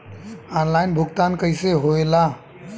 Online भुगतान कैसे होए ला?